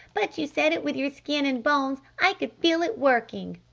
but you said it with your skin and bones i could feel it working.